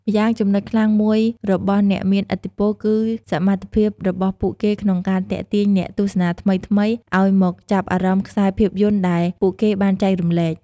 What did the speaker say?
ម្យ៉ាងចំណុចខ្លាំងមួយរបស់អ្នកមានឥទ្ធិពលគឺសមត្ថភាពរបស់ពួកគេក្នុងការ ទាក់ទាញអ្នកទស្សនាថ្មីៗ ឱ្យមកចាប់អារម្មណ៍ខ្សែភាពយន្តដែលពូកគេបានចែករំលែក។